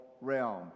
realm